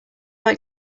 like